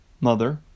mother